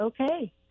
okay